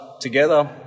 together